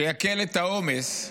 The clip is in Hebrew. שיקל את העומס,